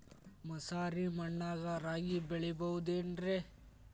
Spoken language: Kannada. ಮಸಾರಿ ಮಣ್ಣಾಗ ರಾಗಿ ಬೆಳಿಬೊದೇನ್ರೇ?